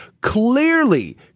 Clearly